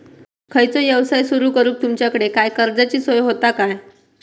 खयचो यवसाय सुरू करूक तुमच्याकडे काय कर्जाची सोय होता काय?